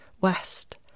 West